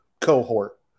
cohort